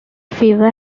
fever